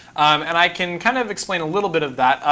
and i can kind of explain a little bit of that.